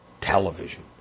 television